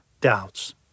doubts